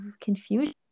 confusion